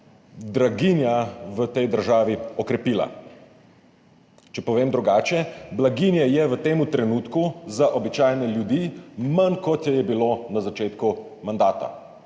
draginja v tej državi okrepila. Če povem drugače, blaginje je v tem trenutku za običajne ljudi manj, kot je je bilo na začetku mandata.